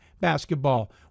basketball